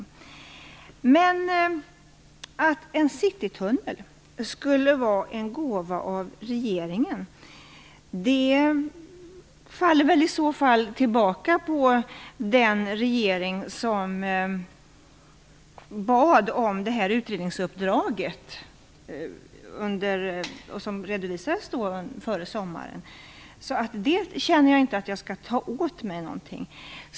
Tanken att en citytunnel skulle vara en gåva av regeringen faller väl i så fall tillbaka på den regering som bad om det här utredningsuppdraget, vilket redovisades före sommaren. I det avseendet känner jag därför inte att jag skall ta åt mig.